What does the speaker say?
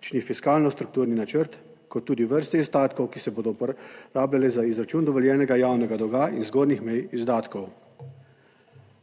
fiskalno-strukturni načrt, kot tudi vrste izdatkov, ki se bodo uporabljali za izračun dovoljenega javnega dolga in zgornjih mej izdatkov.